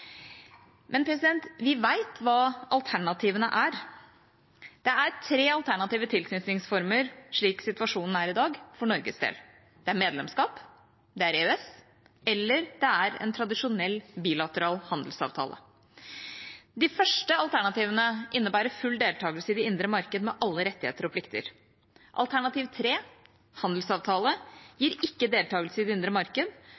Vi vet hva alternativene er. Det er tre alternative tilknytningsformer slik situasjonen er i dag, for Norges del: Det er medlemskap, det er EØS, eller det er en tradisjonell bilateral handelsavtale. De første alternativene innebærer full deltakelse i det indre marked med alle rettigheter og plikter. Alternativ tre, handelsavtale, gir ikke deltakelse i det indre marked,